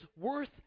worth